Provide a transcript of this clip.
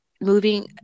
moving